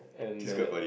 and that